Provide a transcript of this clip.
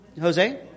Jose